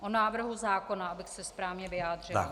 O návrhu zákona, abych se správně vyjádřila.